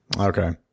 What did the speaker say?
Okay